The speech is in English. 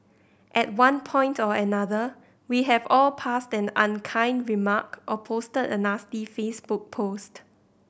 at one point or another we have all passed an unkind remark or posted a nasty Facebook post